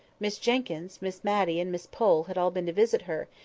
miss jenkyns, miss matty, and miss pole had all been to visit her,